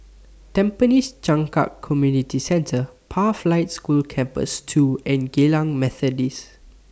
Tampines Changkat Community Centre Pathlight School Campus two and Geylang Methodist School